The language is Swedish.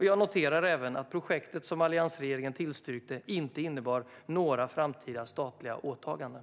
Jag noterar även att projektet som alliansregeringen tillstyrkte inte innebar några framtida statliga åtaganden.